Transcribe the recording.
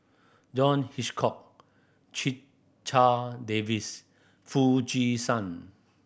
John Hitchcock Checha Davies Foo Chee San